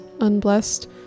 unblessed